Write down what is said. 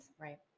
Right